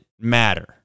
matter